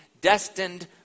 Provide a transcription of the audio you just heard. destined